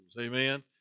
amen